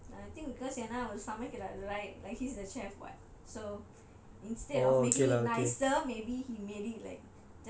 I think because ஏன்னா அவர் சமைக்கிறார்:yaenaa avar samaikirar like like he's the chef [what] so instead of making it nicer maybe he made it like